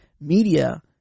media